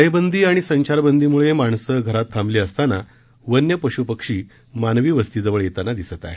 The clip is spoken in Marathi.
टाळेबंदी आणि संचारबंदीम्ळे माणसं घरात थांबली असताना वन्य पश्पक्षी मानवी वस्ती जवळ येताना दिसत आहेत